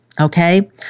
okay